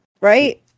right